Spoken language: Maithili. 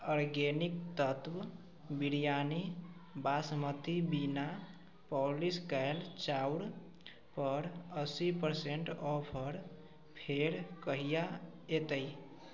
आर्गेनिक तत्व बिरआनी बासमती बिना पॉलिश कएल चाउरपर अस्सी परसेन्ट ऑफर फेर कहिआ अएतै